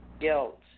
guilt